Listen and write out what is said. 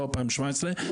לא 2017,